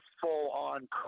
full-on